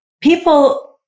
people